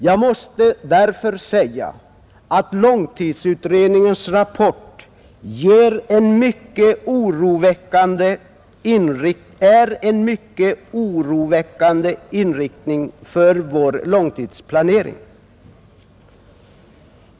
Jag måste därför säga att långtidsutredningens rapport ger en mycket oroväckande inriktning åt vår långtidsplanering.